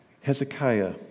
Hezekiah